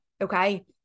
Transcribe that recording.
okay